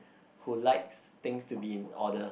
who like been order